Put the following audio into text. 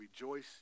rejoice